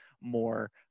more